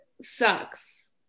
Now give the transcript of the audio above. sucks